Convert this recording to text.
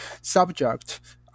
subject